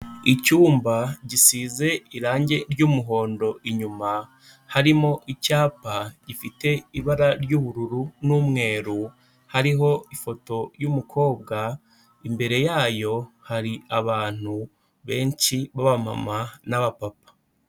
Icyumba gisize irangi ry'umuhondo inyuma harimo icyapa gifite ibara ry'ubururu n'umweru, hariho ifoto y'umukobwa, imbere yayo hari abantu benshi b'abamama n'abapapa.